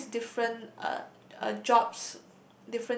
all his different uh uh jobs